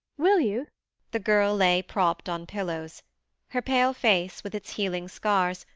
will you the girl lay propped on pillows her pale face, with its healing scars,